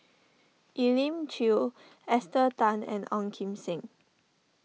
Elim Chew Esther Tan and Ong Kim Seng